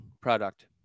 product